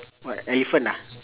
what elephant ah